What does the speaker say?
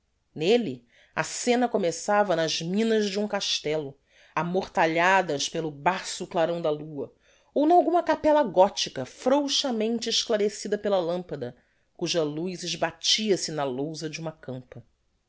nelle a scena começava nas minas de um castello amortalhadas pelo baço clarão da lua ou n'alguma capella gothica frouxamente esclarecida pela lampada cuja luz esbatia se na lousa de uma campa